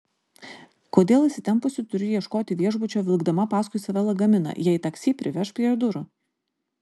kodėl įsitempusi turiu ieškoti viešbučio vilkdama paskui save lagaminą jei taksi priveš prie durų